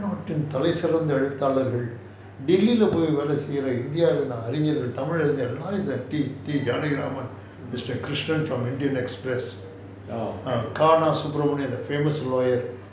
tamil நாட்டின் தலை சிறந்த எழுத்தாளர்கள்:naatin talai sirantha ezhuthaalargal delhi leh போய் வேல செய்யுற:poi vella seiyira india வின்:vin tamil அறிஞர்கள்:arinnayrgal like janakiraman mister krishnan from indian express K N subramanian the famous lawyer